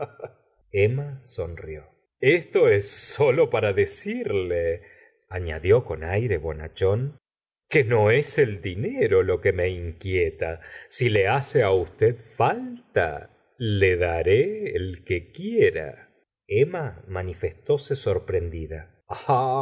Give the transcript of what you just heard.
emma sonrió gustavo illauert esto solo es para decirle añadió con aire bonachónque no es el dinero lo que me inquieta si le hace usted falta le daré el que quiera emma manifestóse sorprendida